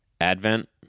advent